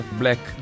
black